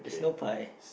there's no pie